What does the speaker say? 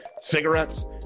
cigarettes